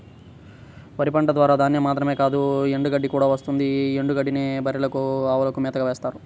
వరి పంట ద్వారా ధాన్యం మాత్రమే కాదు ఎండుగడ్డి కూడా వస్తుంది యీ ఎండుగడ్డినే బర్రెలకు, అవులకు మేతగా వేత్తారు